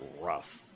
rough